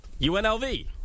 UNLV